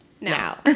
now